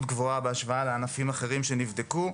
גבוהה בהשוואה לענפים אחרים שנבדקו,